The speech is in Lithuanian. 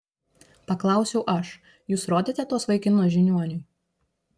paklausiau aš jūs rodėte tuos vaikinus žiniuoniui